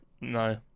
No